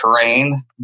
terrain